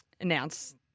announce